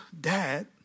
dad